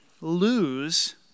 lose